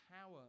power